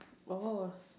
oars